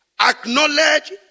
Acknowledge